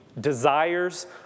desires